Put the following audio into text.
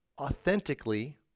authentically